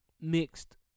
mixed